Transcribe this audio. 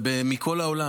מכל העולם,